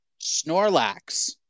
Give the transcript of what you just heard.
Snorlax